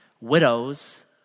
widows